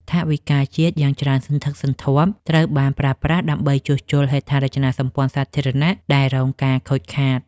ថវិកាជាតិយ៉ាងច្រើនសន្ធឹកសន្ធាប់ត្រូវបានប្រើប្រាស់ដើម្បីជួសជុលហេដ្ឋារចនាសម្ព័ន្ធសាធារណៈដែលរងការខូចខាត។